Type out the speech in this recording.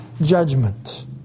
judgment